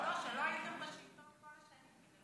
לא, שלא הייתם בשלטון כל השנים.